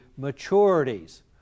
maturities